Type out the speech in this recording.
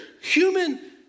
human